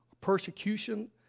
persecution